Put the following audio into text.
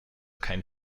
kein